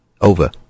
over